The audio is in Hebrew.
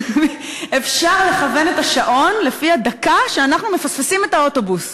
אפשר לכוון את השעון לפי הדקה שאנחנו מפספסים את האוטובוס.